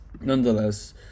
nonetheless